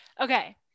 Okay